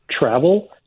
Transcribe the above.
travel